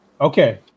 Okay